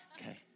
okay